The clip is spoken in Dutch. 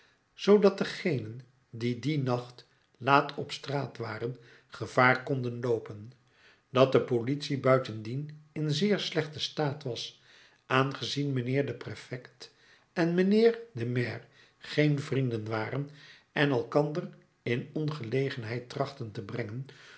zoodat degenen die dien nacht laat op straat waren gevaar konden loopen dat de politie buitendien in zeer slechten staat was aangezien mijnheer de prefect en mijnheer de maire geen vrienden waren en elkander in ongelegenheid trachtten te brengen